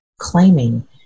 claiming